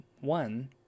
one